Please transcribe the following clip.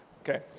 okay.